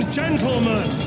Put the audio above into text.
gentlemen